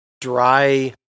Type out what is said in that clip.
dry